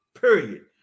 period